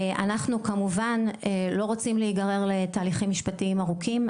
אנחנו כמובן לא רוצים להיגרר לתהליכים משפטיים ארוכים,